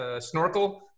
snorkel